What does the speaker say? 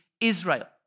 Israel